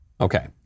Okay